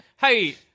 Hey